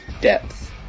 depth